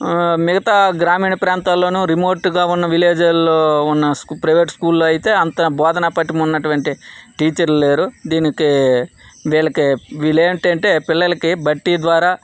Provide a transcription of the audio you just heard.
మిగతా గ్రామీణ ప్రాంతాల్లోను రిమోట్గా ఉన్న విలేజ్లలో ఉన్న ప్రైవేట్ స్కూల్లో అయితే అంత బోధనా పట్టిన ఉన్నటువంటి టీచర్లు లేరు దీనికి వీళ్ళకి వీళ్ళు ఏంటంటే పిల్లలకి బట్టి ద్వారా